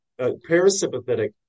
parasympathetic